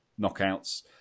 knockouts